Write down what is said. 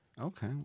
Okay